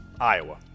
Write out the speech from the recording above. Iowa